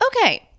Okay